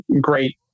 great